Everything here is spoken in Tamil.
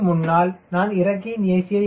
க்கு முன்னால் நான் இறக்கையின் a